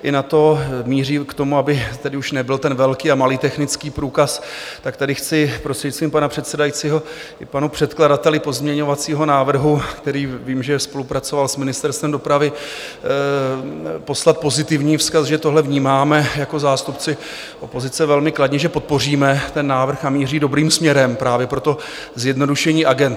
I na to míří k tomu, aby tedy už nebyl ten velký a malý technický průkaz, tak tady chci, prostřednictvím pana předsedajícího, i k panu předkladateli pozměňovacího návrhu, který vím, že spolupracoval s Ministerstvem dopravy, poslat pozitivní vzkaz, že tohle vnímáme jako zástupci opozice velmi kladně, že podpoříme ten návrh a míří dobrým směrem, právě pro zjednodušení agend.